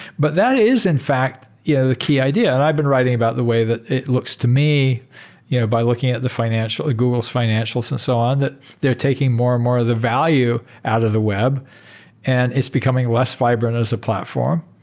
but that is in fact yeah the key idea. and i've been writing about the way that it looks to me you know by looking at the google's financials and so on that they're taking more and more the value out of the web and it's becoming less vibrant as a platform.